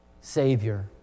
Savior